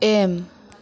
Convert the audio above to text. M